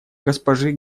госпожи